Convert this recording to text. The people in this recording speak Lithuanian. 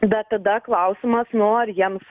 bet tada klausimas nu ar jiems